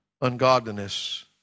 Ungodliness